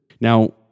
Now